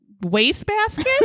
wastebasket